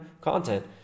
content